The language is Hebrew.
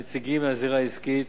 נציגים מהזירה העסקית,